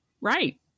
right